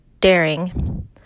daring